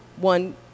one